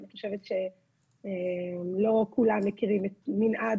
אני חושבת שלא כולם מכירים את המנעד